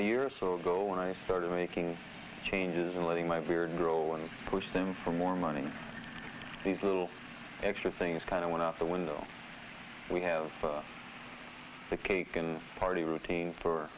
year or so ago when i started making changes and letting my beard roll and push them for more money these little extra things kind of went out the window we have the cake and party routine for